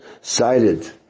cited